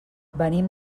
venim